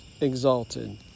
exalted